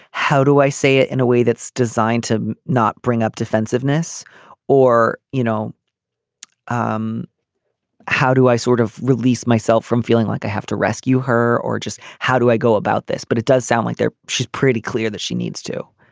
how do i say it in a way that's designed to not bring up defensiveness or you know um how do i sort of release myself from feeling like i have to rescue her or just how do i go about this but it does sound like there she's pretty clear that she needs to.